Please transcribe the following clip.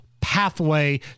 pathway